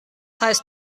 heißt